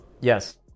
Yes